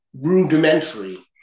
rudimentary